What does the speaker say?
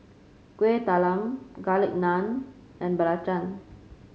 Kueh Talam Garlic Naan and belacan